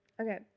Okay